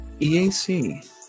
EAC